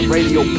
Radio